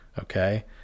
Okay